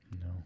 No